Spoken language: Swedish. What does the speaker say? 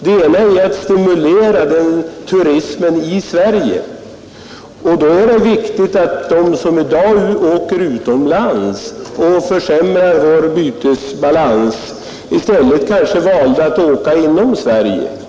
Det ena är att stimulera turismen i Sverige, och då är det viktigt att de som i dag åker utomlands och försämrar vår bytesbalans i stället väljer att resa inom Sverige.